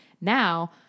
Now